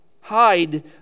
Hide